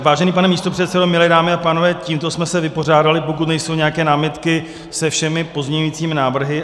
Vážený pane místopředsedo, milé dámy a pánové, tímto jsme se vypořádali, pokud nejsou nějaké námitky, se všemi pozměňujícími návrhy.